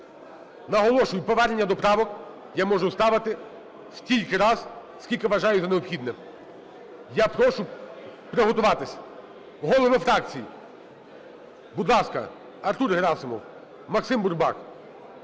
Наголошую, повернення до правок я можу ставити стільки раз, скільки вважаю за необхідне. Я прошу приготуватися. Голови фракцій! Будь ласка, Артур Герасимов, Максим Бурбак.